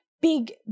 big